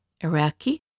Iraqi